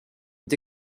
est